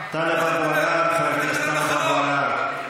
טלב אבו עראר, חבר הכנסת אבו עראר,